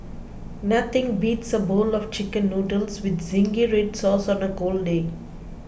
nothing beats a bowl of Chicken Noodles with Zingy Red Sauce on a cold day